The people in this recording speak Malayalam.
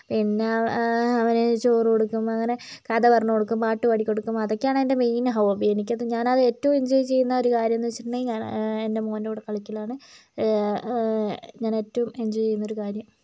പിന്നേ അവനു ചോറ് കൊടുക്കും അങ്ങനെ കഥ പറഞ്ഞു കൊടുക്കും പാട്ട് പാടി കൊടുക്കും അതൊക്കെയാണ് എൻ്റെ മെയിൻ ഹോബി എനിക്കത് ഞാനത് ഏറ്റവും എൻജോയ് ചെയ്യുന്ന ഒരു കാര്യമെന്ന് വെച്ചിട്ടുണ്ടെങ്കിൽ ഞാൻ എൻ്റെ മോൻറ്റെ കൂടെ കളിക്കലാണ് ഞാൻ ഏറ്റവും എൻജോയ് ചെയ്യുന്നൊരു കാര്യം